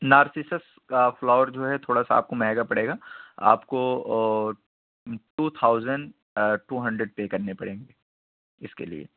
narcissus کا فلاور جو ہے تھوڑا سا آپ کو مہنگا پڑے گا آپ کو two thousand two hundred pay کرنے پڑیں گے اس کے لیے